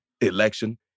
election